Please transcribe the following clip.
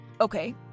Okay